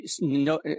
no